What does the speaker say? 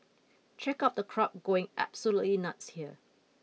check out the crowd going absolutely nuts here